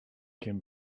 can